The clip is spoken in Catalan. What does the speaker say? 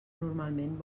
normalment